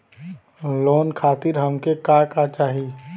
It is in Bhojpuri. लोन खातीर हमके का का चाही?